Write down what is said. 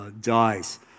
dies